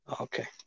Okay